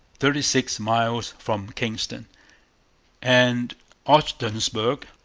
thirty-six miles from kingston and ogdensburg,